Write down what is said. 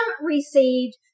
received